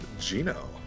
Gino